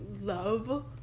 love